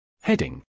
Heading